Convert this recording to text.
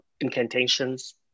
incantations